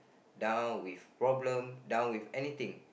down with problem down with anything